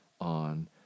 on